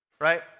right